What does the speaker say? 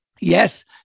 Yes